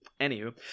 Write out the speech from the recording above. Anywho